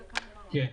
כן.